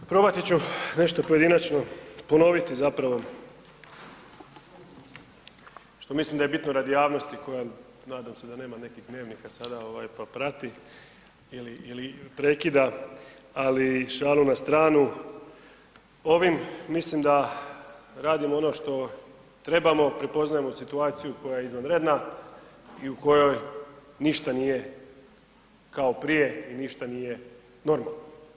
Probati ću nešto pojedinačno ponoviti zapravo što mislim da je bitno radi javnosti koja nadam se da nema nekih dnevnika sada ovaj pa prati ili prekida, ali šalu na stranu, ovim mislim da radimo ono što trebamo, prepoznajemo situaciju koja je izvanredna i u kojoj ništa nije kao prije i ništa nije normalno.